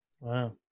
Wow